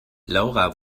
laura